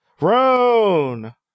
Roan